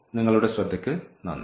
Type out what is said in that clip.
നിങ്ങളുടെ ശ്രദ്ധയ്ക്ക് നന്ദി